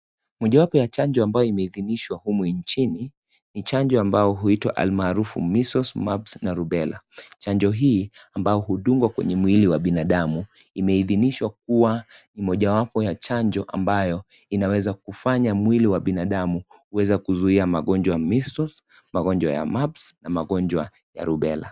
Mojawapo ya chanjo ambayo imeidhinishwa humu inchini, ni chanjo ambayo huitwa alimaarufucs measles, mabs na rubella .Chanjo hii ambayo hudungwa kwenye mwili wa binadamu, imeidhinishwa kuwa mojawapo ya chanjo ambayo inaweza kufanya mwili wa binadamu kuweza kuzui ugonjwa wa measles, magonjwa ya mabs na magonjwa ya rubella.